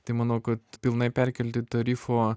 tai manau kad pilnai perkelti tarifo